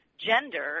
gender